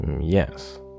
Yes